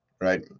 right